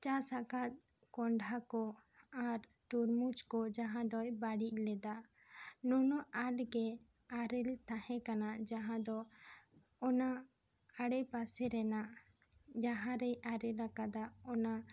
ᱪᱟᱥ ᱟᱠᱟᱫ ᱠᱚᱱᱰᱷᱟ ᱠᱚ ᱟᱨ ᱛᱩᱨᱢᱩᱡᱽ ᱠᱚ ᱡᱟᱦᱟᱸ ᱫᱚᱭ ᱵᱟᱹᱲᱤᱡ ᱞᱮᱫᱟ ᱱᱩᱱᱟᱹᱜ ᱟᱸᱴ ᱜᱮ ᱟᱨᱮᱞ ᱛᱟᱦᱮᱸ ᱠᱟᱱᱟ ᱡᱟᱦᱟᱸ ᱫᱚ ᱚᱱᱟ ᱟᱲᱮ ᱯᱟᱥᱮ ᱨᱮᱱᱟᱜ ᱡᱟᱦᱟᱸ ᱨᱮ ᱟᱨᱮᱞ ᱟᱠᱟᱫᱟ ᱚᱱᱟ